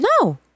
No